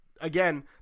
again